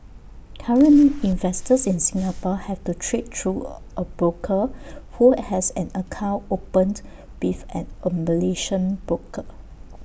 currently investors in Singapore have to trade through A broker who has an account opened with an A Malaysian broker